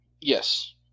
Yes